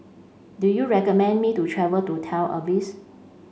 do you recommend me to travel to Tel Aviv